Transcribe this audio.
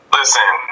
listen